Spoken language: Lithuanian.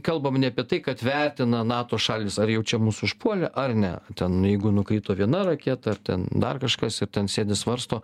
kalbam ne apie tai kad vertina nato šalys ar jau čia mus užpuolė ar ne ten jeigu nukrito viena raketa ar ten dar kažkas ir ten sėdi svarsto